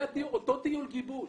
היה אותו טיול גיבוש,